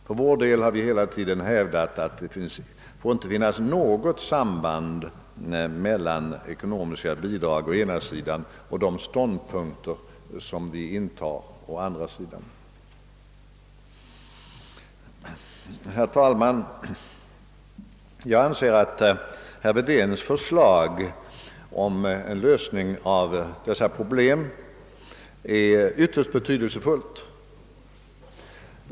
För vår del har vi hela tiden hävdat att det inte får finnas något samband mellan ekonomiska bidrag å ena sidan och de ståndpunkter som vi intar å andra sidan. Herr talman! Jag anser att herr Wedéns förslag till en lösning av dessa problem är ytterst betydelsefullt.